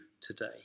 today